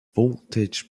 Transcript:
voltage